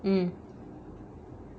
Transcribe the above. mm